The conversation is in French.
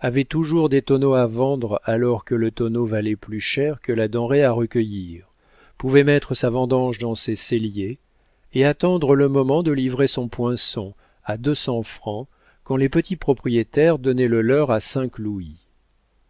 avait toujours des tonneaux à vendre alors que le tonneau valait plus cher que la denrée à recueillir pouvait mettre sa vendange dans ses celliers et attendre le moment de livrer son poinçon à deux cents francs quand les petits propriétaires donnaient le leur à cinq louis